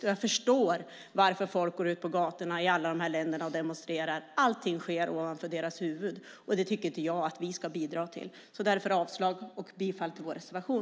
Och jag förstår varför folk går ut på gatorna i alla de här länderna och demonstrerar. Allting sker ovanför deras huvuden, och det tycker inte jag att vi ska bidra till. Därför, fru talman, yrkar jag avslag på propositionen och bifall till vår reservation.